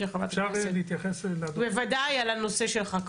תתייחסו למהות.